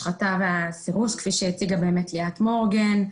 והסירוס, כפי שהציגה ליאת מורגן,